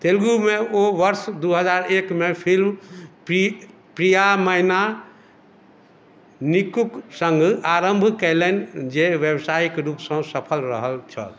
तेलुगुमे ओ वर्ष दू हजार एक मे फिल्म प्रियामैना नीकुक सङ्ग आरम्भ कयलनि जे व्यावसायिक रूपसँ सफल रहल छल